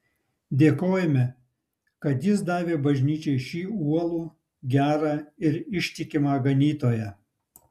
dėkojame kad jis davė bažnyčiai šį uolų gerą ir ištikimą ganytoją